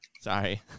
Sorry